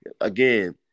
again